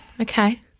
okay